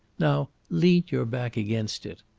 now lean your back against it.